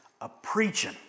a-preaching